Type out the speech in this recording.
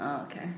okay